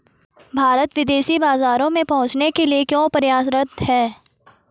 भारत विदेशी बाजारों में पहुंच के लिए क्यों प्रयासरत है?